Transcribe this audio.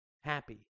Happy